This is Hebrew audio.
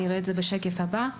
אני אראה את זה בשקף הבא.